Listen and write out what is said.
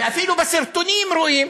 אפילו בסרטונים רואים